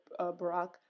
Barack